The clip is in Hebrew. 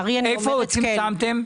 איפה עוד צמצמתם?